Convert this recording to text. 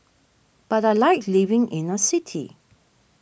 but I like living in a city